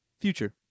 future